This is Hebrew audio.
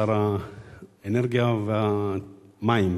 שר האנרגיה והמים.